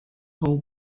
whole